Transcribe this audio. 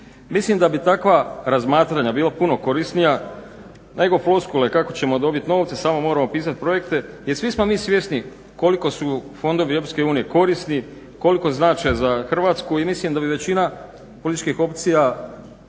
Mislim da bi takva razmatranja bila puno korisnija nego floskule kako ćemo dobiti novce, samo moramo pisati projekte, jer svi smo mi svjesni koliko su fondovi EU korisni, koliko znače za Hrvatsku i mislim da bi većina političkih opcija